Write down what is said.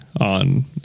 on